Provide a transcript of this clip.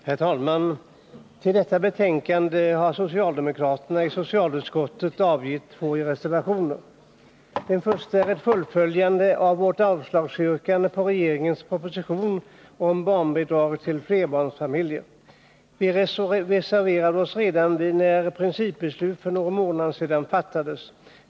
Herr talman! Till detta betänkande har socialdemokraterna i socialutskottet avgivit två reservationer. Den första är ett fullföljande av vårt avslagsyrkande på regeringens proposition om barnbidrag till flerbarnsfamil jer. Vi reserverade oss redan när principbeslut fattades för någon månad Nr 159 sedan.